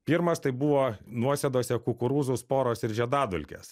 pirmas tai buvo nuosėdose kukurūzo sporos ir žiedadulkės